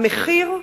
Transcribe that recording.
המחיר: